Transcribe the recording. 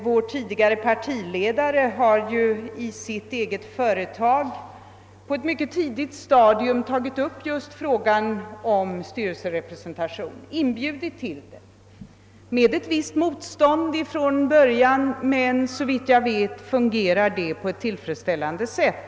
Vår tidigare partiledare har i sitt eget företag på ctt mycket tidigt stadium inbjudit till styrelserepresentation — med ett visst motstånd från början, men när man väl kommit in i det fungerar det tillfredsställande.